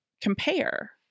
compare